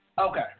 Okay